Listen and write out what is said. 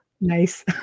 Nice